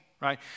right